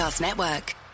Network